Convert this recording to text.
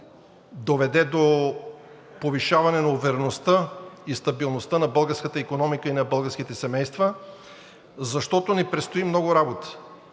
доведе до повишаване на увереността и стабилността на българската икономика и на българските семейства, защото ни предстои много работа.